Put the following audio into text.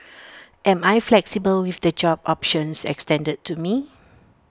am I flexible with the job options extended to me